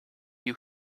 you